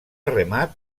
remat